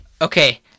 Okay